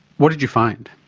what did you find?